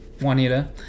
Juanita